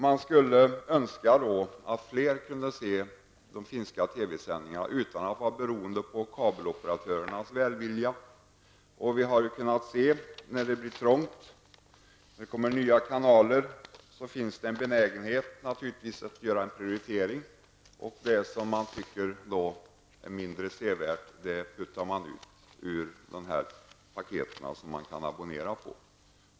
Man skulle önska att fler kunde se de finska TV-sändningarna utan att vara beroende av kabeloperatörernas välvilja. Vi har kunnat se att när det blir trångt i näten, när nya kanaler kommer till, finns det en benägenhet att göra en prioritering. Det som man då tycker är mindre sevärt flyttar man ut ur de paket som det går att abonnera.